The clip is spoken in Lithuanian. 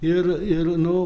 ir ir nu